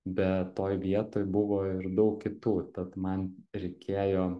bet toj vietoj buvo ir daug kitų tad man reikėjo